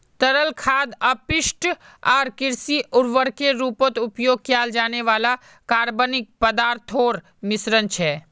तरल खाद पशु अपशिष्ट आर कृषि उर्वरकेर रूपत उपयोग किया जाने वाला कार्बनिक पदार्थोंर मिश्रण छे